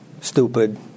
stupid